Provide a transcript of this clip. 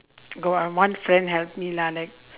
got one friend help me lah like